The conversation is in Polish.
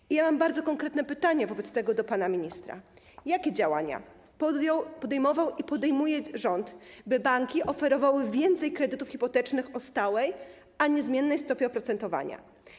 Wobec tego mam bardzo konkretne pytania do pana ministra: Jakie działania podejmował i podejmuje rząd, by banki oferowały więcej kredytów hipotecznych o stałej, a nie zmiennej, stopie oprocentowania?